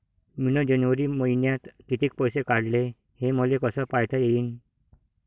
मिन जनवरी मईन्यात कितीक पैसे काढले, हे मले कस पायता येईन?